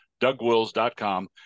dougwills.com